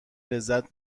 لذت